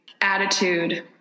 attitude